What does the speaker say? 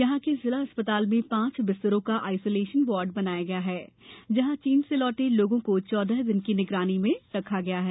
यहां के जिला अस्पताल में पांच बिस्तरों का आइसोलेशन वार्ड बनाया गया है जहां चीन से लौटे लोगों को चौदह दिन की निगरानी में रखा गया है